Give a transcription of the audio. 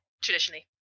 traditionally